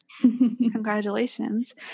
Congratulations